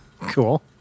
Cool